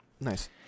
Nice